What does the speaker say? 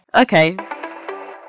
Okay